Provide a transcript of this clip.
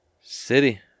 City